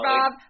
Bob